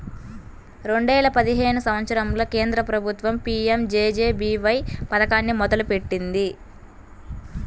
రెండేల పదిహేను సంవత్సరంలో కేంద్ర ప్రభుత్వం పీ.యం.జే.జే.బీ.వై పథకాన్ని మొదలుపెట్టింది